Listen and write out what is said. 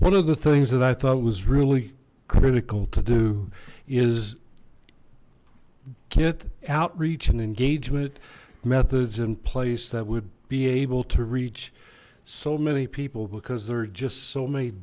one of the things that i thought was really critical to do is get outreach and engagement methods in place that would be able to reach so many people because there are just so many